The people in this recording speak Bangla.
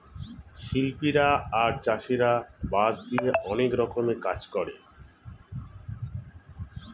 শিল্পীরা আর চাষীরা বাঁশ দিয়ে অনেক রকমের কাজ করে